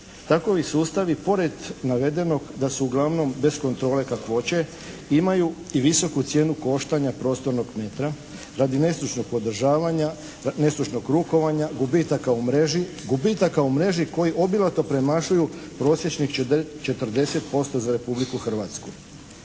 Takovi sustavi pored navedenog da su uglavnom kontrole kakvoće imaju i visoku cijenu koštanja prostornog metra radi nestručnog održavanja, nestručnog rukovanja, gubitaka u mreži, gubitaka u mreži koji obilato premašuju prosječnih 40% za Republiku Hrvatsku.